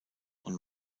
und